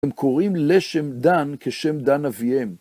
הם קוראים לשם דן כשם דן אביהם.